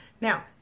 Now